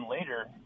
later